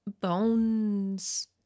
bones